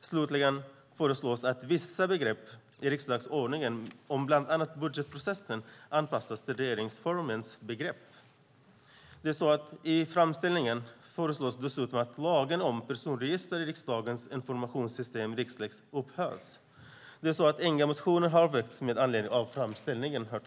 Slutligen föreslås att vissa begrepp i riksdagsordningen om bland annat budgetprocessen anpassas till regeringsformens begrepp. I framställningen föreslås dessutom att lagen om personregister i riksdagens informationssystem Rixlex upphävs. Herr talman! Inga motioner har väckts med anledning av framställningen. Jag